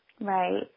Right